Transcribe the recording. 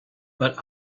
but